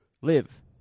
Live